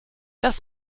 das